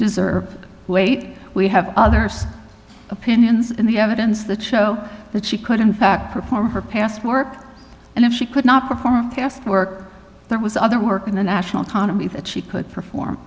deserve weight we have others opinions on the evidence that show that she could in fact perform her past work and if she could not perform past work there was other work in the national economy that she could perform